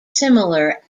similar